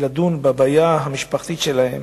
לדון בבעיה המשפחתית שלהן